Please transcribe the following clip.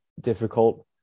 difficult